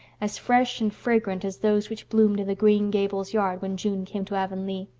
as fresh and fragrant as those which bloomed in the green gables yard when june came to avonlea.